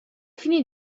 fine